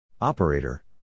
Operator